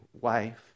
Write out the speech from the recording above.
wife